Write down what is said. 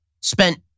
spent